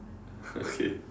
okay